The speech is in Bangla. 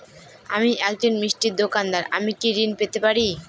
আমি একজন মিষ্টির দোকাদার আমি কি ঋণ পেতে পারি?